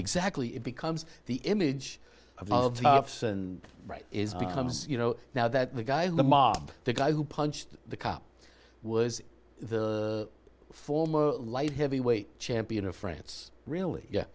exactly it becomes the image of all of us and right is becomes you know now that the guy in the mob the guy who punched the cop was the former light heavyweight champion of france really